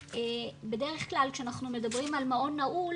בדרך כלל כשאנחנו מדברים על מעון נעול